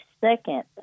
second